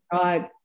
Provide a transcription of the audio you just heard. God